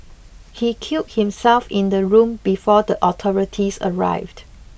he killed himself in the room before the authorities arrived